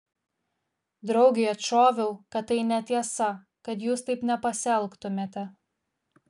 draugei atšoviau kad tai netiesa kad jūs taip nepasielgtumėte